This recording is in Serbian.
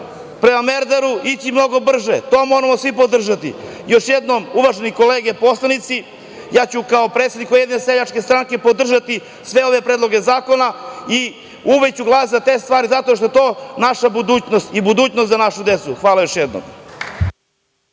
prema Merdaru ići mnogo brže. To moramo svi podržati. Još jednom, uvažene kolege poslanici, ja ću kao predsednik Ujedinjene seljačke stranke podržati sve ove predloge zakone i uvek ću glasati za te stvari, zato što je to naša budućnost i budućnost za našu decu. Hvala još jednom.